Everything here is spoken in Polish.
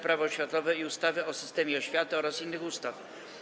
Prawo oświatowe i ustawy o systemie oświaty oraz innych ustaw.